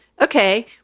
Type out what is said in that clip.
Okay